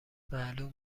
معلوم